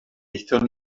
aethon